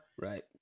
right